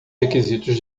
requisitos